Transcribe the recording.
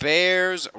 Bears